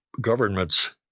governments